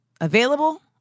available